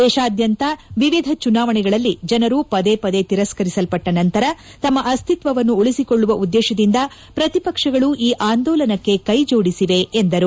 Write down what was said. ದೇಶಾದ್ಯಂತದ ವಿವಿಧ ಚುನಾವಣೆಗಳಲ್ಲಿ ಜನರು ಪದೇ ಪದೇ ತಿರಸ್ಕರಿಸಲ್ಪಟ್ಟ ನಂತರ ತಮ್ಮ ಅಸ್ತಿತ್ವವನ್ನು ಉಳಿಸಿಕೊಳ್ಳುವ ಉದ್ದೇಶದಿಂದ ಪ್ರತಿಪಕ್ಷಗಳು ಈ ಆಂದೋಲನಕ್ಕೆ ಕ್ವೆಜೋಡಿಸಿವೆ ಎಂದರು